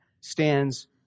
stands